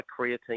Creatine